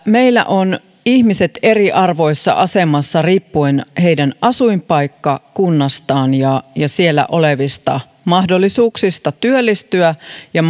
meillä ovat ihmiset eriarvoisessa asemassa riippuen asuinpaikkakunnastaan ja ja siellä olevista mahdollisuuksista työllistyä ja